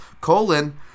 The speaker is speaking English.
Colon